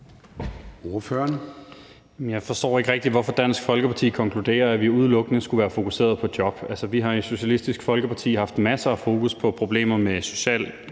Jeg forstår ikke rigtig, hvorfor Dansk Folkeparti konkluderer, at vi udelukkende skulle være fokuseret på job. Altså, vi har i Socialistisk Folkeparti haft masser af fokus på problemer med social